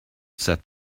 said